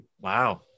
Wow